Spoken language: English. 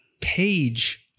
page